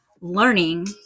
learning